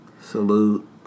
Salute